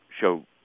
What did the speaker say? show